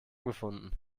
gefunden